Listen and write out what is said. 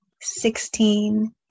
sixteen